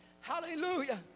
Hallelujah